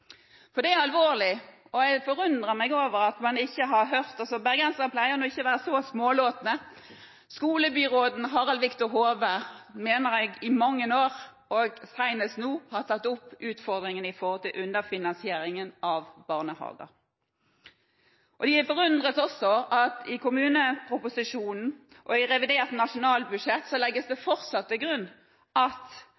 Det er alvorlig, og det forundrer meg at man ikke har hørt dette – bergensere pleier nå ikke å være så smålåtne. Skolebyråden Harald Victor Hove mener jeg i mange år, og senest nå nylig, har tatt opp utfordringene når det gjelder underfinansieringen av barnehager. De er forundret over at i det i kommuneproposisjonen og i revidert nasjonalbudsjett fortsatt legges